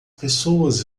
pessoas